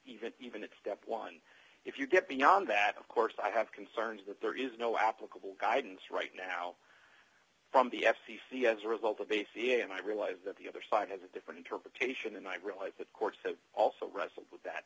even even at step one if you get beyond that of course i have concerns that there is no applicable guidance right now from the f c c as a result of a c and i realize that the other side has a different interpretation and i realize the courts have also wrestled with that